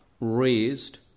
Raised